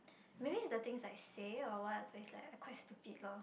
maybe it's the things I say or what but it's like I quite stupid loh